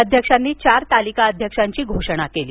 अध्यक्षांनी चार तालिका अध्यक्षांची घोषणा केली